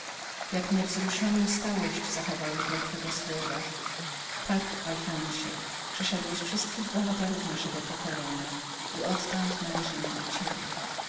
jak religijną stałość zachowałeś dla twego słowa tak alfonsie przeszedłeś wszystkich bohaterów naszego pokolenia i odtąd należemy do ciebie